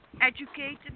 Educated